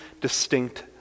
distinct